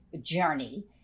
journey